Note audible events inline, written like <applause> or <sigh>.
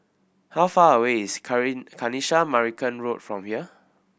how far away is <unintelligible> Kanisha Marican Road from here